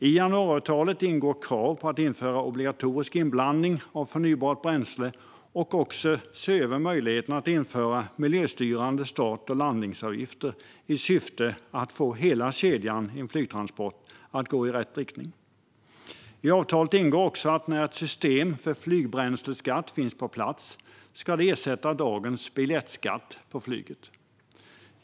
I januariavtalet ingår krav på att införa obligatorisk inblandning av förnybart bränsle och att se över möjligheten att införa miljöstyrande start och landningsavgifter i syfte att få hela kedjan i en flygtransport att gå i rätt riktning. I avtalet ingår också att ett system för flygbränsleskatt - när det finns på plats - ska ersätta dagens biljettskatt på flyget.